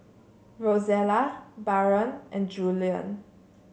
Rozella Barron and Julien